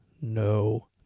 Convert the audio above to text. No